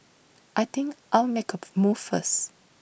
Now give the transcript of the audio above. I think I'll make A move first